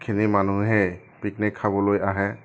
খিনি মানুহে পিকনিক খাবলৈ আহে